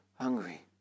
hungry